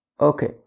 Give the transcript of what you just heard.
Okay